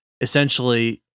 essentially